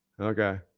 Okay